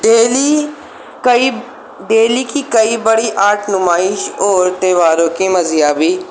دلی کئی دلی کی کئی بڑی آرٹ نمائش اور تیوہاروں کے مذہبی